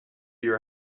your